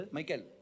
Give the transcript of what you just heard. Michael